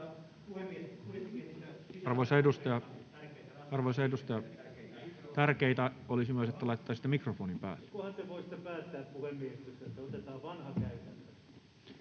Arvoisa edustaja, tärkeätä olisi myös, että laittaisitte mikrofonin päälle.